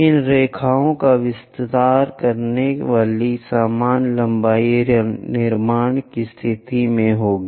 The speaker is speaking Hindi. इन रेखाओं का विस्तार करने वाली समान लंबाई निर्माण की स्थिति में होगी